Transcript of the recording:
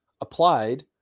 applied